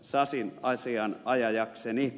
sasin asianajajakseni